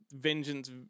Vengeance